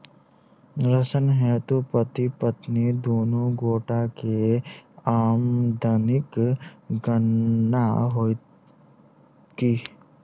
ऋण हेतु पति पत्नी दुनू गोटा केँ आमदनीक गणना होइत की?